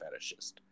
fetishist